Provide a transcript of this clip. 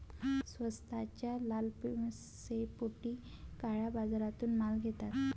स्वस्ताच्या लालसेपोटी लोक काळ्या बाजारातून माल घेतात